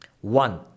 One